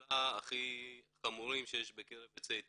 המחלה הכי חמורים שיש בקרב יוצאי אתיופיה,